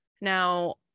Now